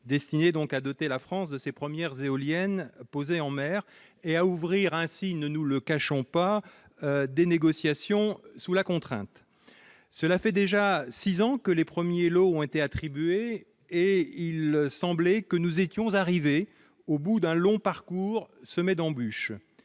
destinée donc à doter la France de ses premières éoliennes posées en mer et à ouvrir ainsi ne nous le cachons pas des négociations sous la contrainte, cela fait déjà 6 ans que les premiers lots ont été attribués et il semblait que nous étions arrivés au bout d'un long parcours semé d'embûches,